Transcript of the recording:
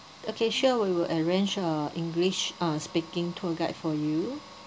okay sure we will arrange a english uh speaking tour guide for you